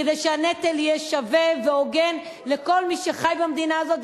כדי שהנטל יהיה שווה והוגן לכל מי שחי במדינה הזאת,